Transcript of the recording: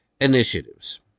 initiatives